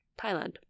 Thailand